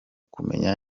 kumenya